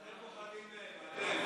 אתם פוחדים מהם, אתם,